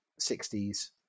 60s